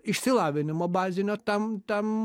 išsilavinimo bazinio tam tam